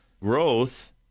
growth